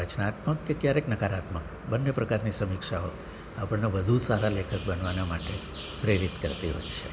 રચનાત્મક કે ક્યારેક નકારાત્મક બંને પ્રકારની સમીક્ષાઓ આપણને વધું જ સારા લેખક બનવાને માટે પ્રેરિત કરતી હોય છે